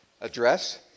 address